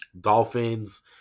Dolphins